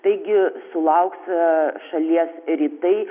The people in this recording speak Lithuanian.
taigi sulauks šalies rytai